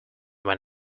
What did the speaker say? when